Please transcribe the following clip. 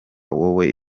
wowe